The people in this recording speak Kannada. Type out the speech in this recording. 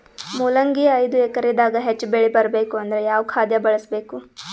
ಮೊಲಂಗಿ ಐದು ಎಕರೆ ದಾಗ ಹೆಚ್ಚ ಬೆಳಿ ಬರಬೇಕು ಅಂದರ ಯಾವ ಖಾದ್ಯ ಬಳಸಬೇಕು?